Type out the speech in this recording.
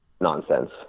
nonsense